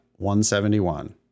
171